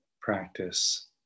practice